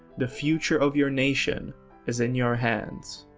the future of your nation is in your hands.